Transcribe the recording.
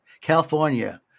California